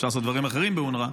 אפשר לעשות דברים אחרים באונר"א.